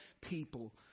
people